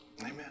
Amen